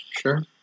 Sure